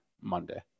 Monday